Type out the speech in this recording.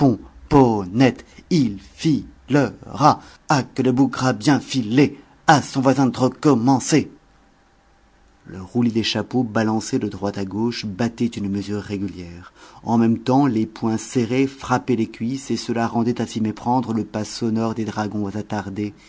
il filera ah que le bougre a bien filé à son voisin de r'commencer le roulis des chapeaux balancés de droite à gauche battait une mesure régulière en même temps les poings serrés frappaient les cuisses et cela rendait à s'y m'éprendre le pas sonore des dragons attardés